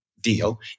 deal